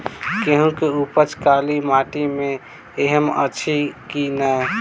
गेंहूँ केँ उपज काली माटि मे हएत अछि की नै?